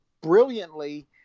brilliantly